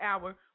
hour